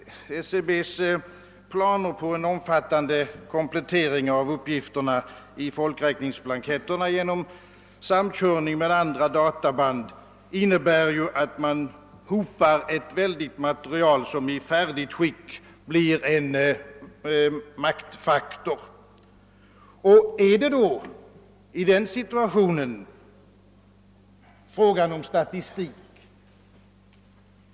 SCB:s planer på en omfattande komplettering av uppgifterna på folkräkningsblanketterna genom samkörning med informationer på andra databand innebär ju att ett väldigt material hopas, som i färdigt skick blir en maktfaktor av betydelse. Är det i denna situation fråga om statistik?